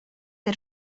der